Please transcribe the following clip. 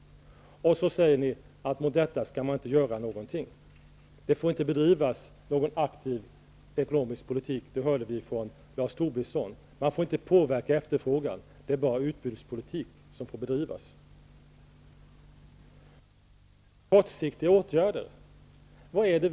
Och så säger ni att man inte skall göra någonting åt detta! Vi hörde från Lars Tobisson att det inte får bedrivas någon aktiv ekonomisk politik. Man får inte påverka efterfrågan. Det är bara utbudspoliik som gäller. Vilka kortsiktiga åtgärder har vi föreslagit?